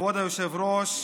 כבוד היושב-ראש,